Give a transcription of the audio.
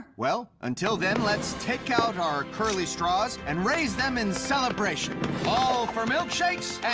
well, until then, let's take out our curly straws, and raise them in celebration! all for milkshakes.